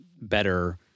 better